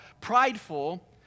prideful